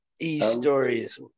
E-stories